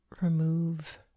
remove